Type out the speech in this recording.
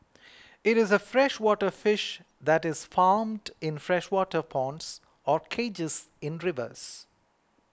it is a freshwater fish that is farmed in freshwater ponds or cages in rivers